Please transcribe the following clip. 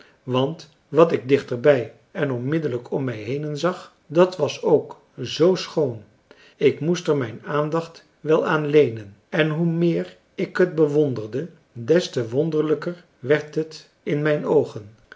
want wat ik dichterbij en onmiddellijk om mij henen zag dat was ook z schoon ik moest er mijn aandacht wel aan leenen en hoe meer ik het bewonderde des te wonderlijker werd het in mijn oogen